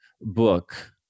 book